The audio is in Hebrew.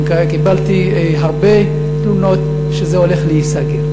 קיבלתי הרבה תלונות שזה הולך להיסגר.